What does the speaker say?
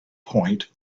point